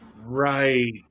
Right